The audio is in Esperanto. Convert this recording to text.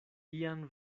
ian